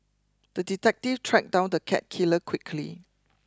the detective tracked down the cat killer quickly